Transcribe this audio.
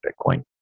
Bitcoin